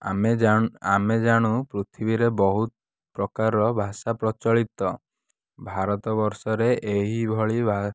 ଆମେ ଜାନ ଆମେ ଜାଣୁ ପୃଥିବୀରେ ବହୁତ ପ୍ରକାରର ଭାଷା ପ୍ରଚଳିତ ଭାରତ ବର୍ଷରେ ଏହିଭଳି ଭା